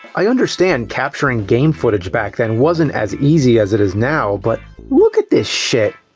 i understand capturing game footage, back then, wasn't as easy as it is now, but. look at this shit!